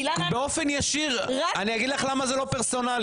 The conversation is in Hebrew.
כי למה --- אני אגיד לך למה זה לא פרסונלי.